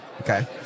Okay